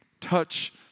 Touch